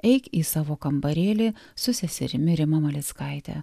eik į savo kambarėlį su seserimi rima malickaite